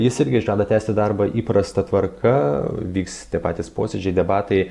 jis irgi žada tęsti darbą įprasta tvarka vyks tie patys posėdžiai debatai